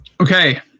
Okay